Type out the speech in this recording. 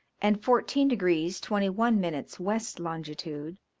and fourteen degrees twenty one minutes west longitude,